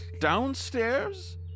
downstairs